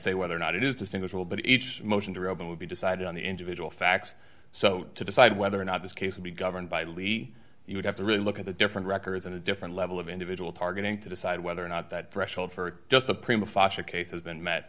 say whether or not it is distinguishable but each motion to reopen would be decided on the individual facts so to decide whether or not this case would be governed by lee he would have to really look at the different records and a different level of individual targeting to decide whether or not that threshold for just a